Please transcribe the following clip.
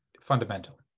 fundamental